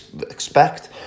expect